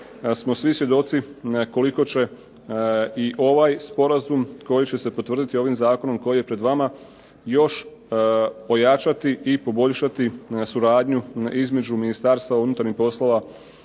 smo svi svjedoci koliko će i ovaj sporazum koji će se potvrditi ovim zakonom koji je pred vama još pojačati i poboljšati suradnju između Ministarstva unutarnjih poslova